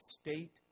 state